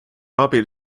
abil